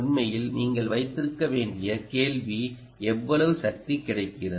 உண்மையில் நீங்கள் வைத்திருக்க வேண்டிய கேள்வி எவ்வளவு சக்தி கிடைக்கிறது